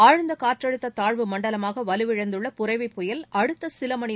ஆழ்ந்த காற்றழுத்த தாழ்வு மண்டலமாக வலுவிழந்துள்ள புரெவி புயல் அடுத்த சில மணி